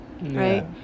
right